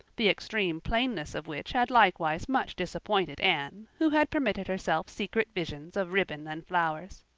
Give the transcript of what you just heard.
the extreme plainness of which had likewise much disappointed anne, who had permitted herself secret visions of ribbon and flowers.